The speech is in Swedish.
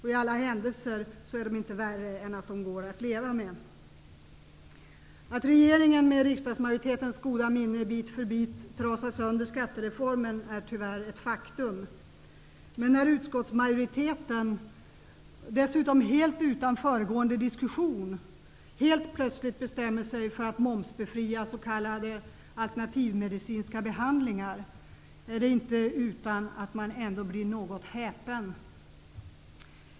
I alla händelser är de inte värre än att det går att leva med dem. Att regeringen med riksdagsmajoritetens goda minne bit för bit trasar sönder skattereformen är tyvärr ett faktum. Men när utskottsmajoriteten, utan föregående diskussion, helt plötsligt bestämmer sig för att momsbefria s.k. alternativmedicinska behandlingar är det inte utan att man blir något häpen.